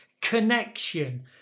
connection